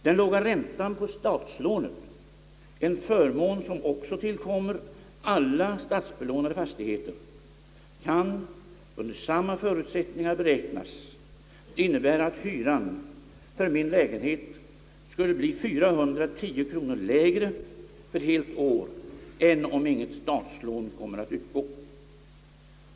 Den låga räntan på statslånet, en förmån som också tillkommer alla statsbelånade fastigheter, kan under samma förutsättningar beräknas innebära att hyran för min lä genhet skulle bli ca 410 kronor lägre för helt år än om inget statslån kommer att utgå.